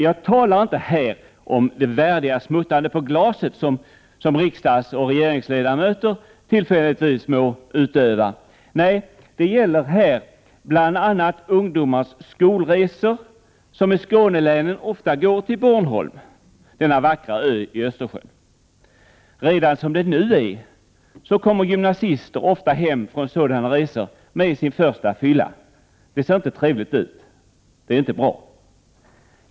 Jag talar här inte om det värdiga smuttandet på glaset som riksdagsoch regeringsledamöter tillfälligtvis må utöva. Nej, det gäller här bl.a. ungdomars skolresor, som i Skånelänen ofta går till Bornholm, denna vackra ö i Östersjön. Redan som det nu är kommer gymnasister ofta hem från sådana resor efter att ha varit med om sin första fylla. Det ser inte trevligt ut. Det är inte bra.